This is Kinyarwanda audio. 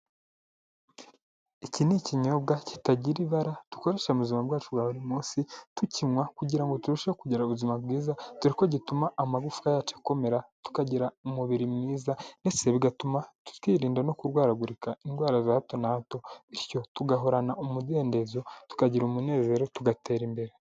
Iki ni ikinyobwa kitagira ibara dukoresha mu buzima bwacu bwa buri munsi tukinywa kugira ngo turusheho kugira ubuzima bwiza, dore ko gituma amagufwa yacu akomera, tukagira umubiri mwiza, ndetse bigatuma twirinda no kurwaragurika indwara za hato na hato, bityo tugahorana umudendezo, tukagira umunezero, tugatera imbere.